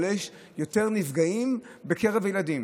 אבל יש יותר נפגעים בקרב ילדים.